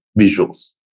visuals